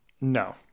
No